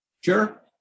Sure